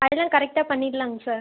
அதெல்லாம் கரெக்டாக பண்ணிடலாங்க சார்